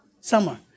summer